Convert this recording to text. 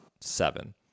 Seven